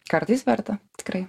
kartais verta tikrai